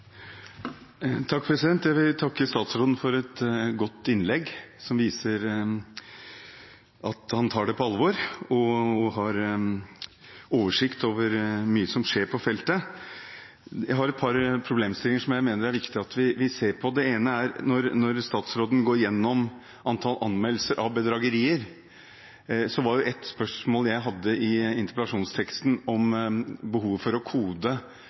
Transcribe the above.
Jeg vil takke statsråden for et godt innlegg, som viser at han tar dette på alvor og har oversikt over mye som skjer på feltet. Jeg har et par problemstillinger som jeg mener det er viktig at vi ser på. Det ene er: Når statsråden går gjennom antall anmeldelser av bedragerier – ett spørsmål jeg hadde i interpellasjonsteksten gjaldt behovet for å kode